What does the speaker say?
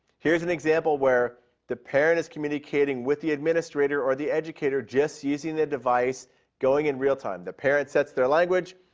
here's an example where the parent is communicating with the administrator or educator just using the device going in real time. the parent sets their language,